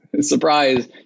surprise